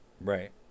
Right